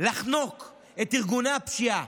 לחנוק את ארגוני הפשיעה,